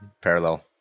parallel